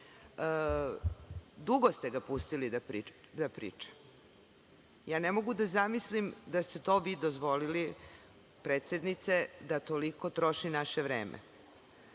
ste ga pustili da priča. Ja ne mogu da zamislim da ste vi dozvolili, predsednice, da toliko troši naše vreme.